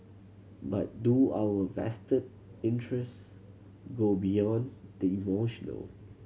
but do our vested interest go beyond the emotional